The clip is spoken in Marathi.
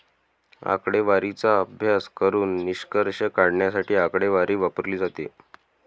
आकडेवारीचा अभ्यास करून निष्कर्ष काढण्यासाठी आकडेवारी वापरली जाते